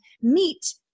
meet